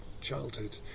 childhood